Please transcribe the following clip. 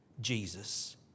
Jesus